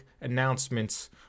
announcements